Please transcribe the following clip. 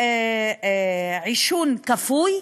"עישון כפוי",